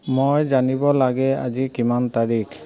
মই জানিব লাগে আজি কিমান তাৰিখ